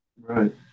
Right